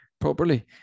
properly